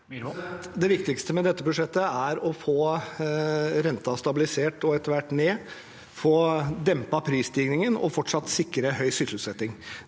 Det viktigste med dette budsjettet er å få renten stabilisert og etter hvert ned, få dempet prisstigningen og fortsatt sikre høy sysselsetting.